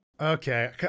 Okay